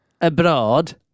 abroad